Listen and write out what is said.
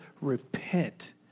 repent